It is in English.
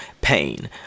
pain